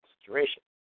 situation